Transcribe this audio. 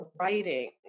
writing